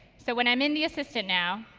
so, when i'm in the assistant now,